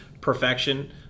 perfection